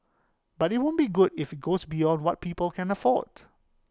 but IT won't be good if goes beyond what people can afford